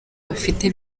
bafite